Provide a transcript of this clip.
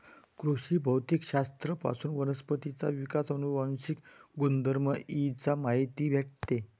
कृषी भौतिक शास्त्र पासून वनस्पतींचा विकास, अनुवांशिक गुणधर्म इ चा माहिती भेटते